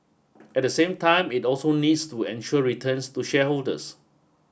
at the same time it also needs to ensure returns to shareholders